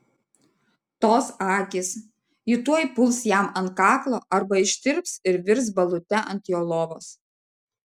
tos akys ji tuoj puls jam ant kaklo arba ištirps ir virs balute ant jo lovos